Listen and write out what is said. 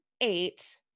eight